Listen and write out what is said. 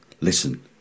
Listen